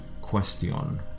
question